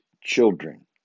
children